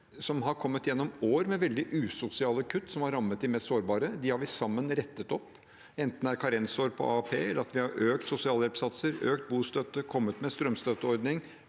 som har kommet gjennom år med veldig usosiale kutt, som har rammet de mest sårbare. Det har vi sammen rettet opp, som karensår på AAP, og vi har økt sosialhjelpssatser, økt bostøtte og kommet med strømstøtteordning